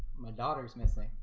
my daughter's missing.